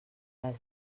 les